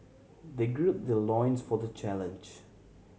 they gird their loins for the challenge